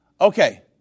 Okay